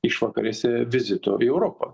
išvakarėse vizito į europą